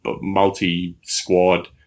multi-squad